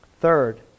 Third